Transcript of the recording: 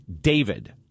David